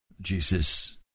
Jesus